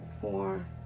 four